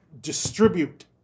distribute